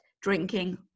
drinking